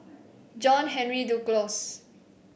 John Henry Duclos